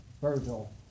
Virgil